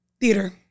theater